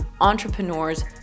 entrepreneurs